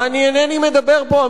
ואני אינני מדבר פה,